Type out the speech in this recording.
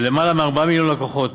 ולמעלה מארבעה מיליון לקוחות,